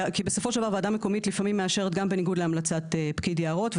כי בסופו של דבר ועדה מקומית לפעמים מאשרת גם בניגוד להמלצת פקיד יערות,